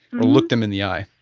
or look them in the eye?